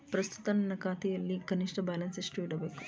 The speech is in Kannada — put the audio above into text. ಪ್ರಸ್ತುತ ನನ್ನ ಖಾತೆಯಲ್ಲಿ ಕನಿಷ್ಠ ಬ್ಯಾಲೆನ್ಸ್ ಎಷ್ಟು ಇಡಬೇಕು?